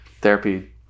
therapy